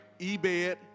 Ebed